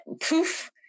poof